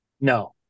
no